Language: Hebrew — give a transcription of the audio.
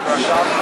גברתי השרה,